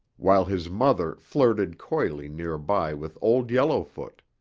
while his mother flirted coyly nearby with old yellowfoot.